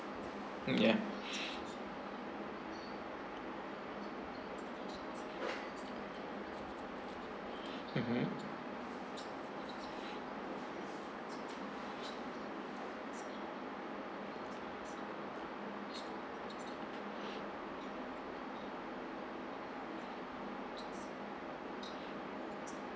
mm ya mmhmm